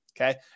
okay